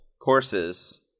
courses